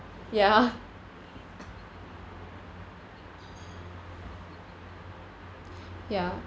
ya ya